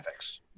graphics